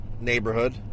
neighborhood